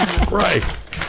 Christ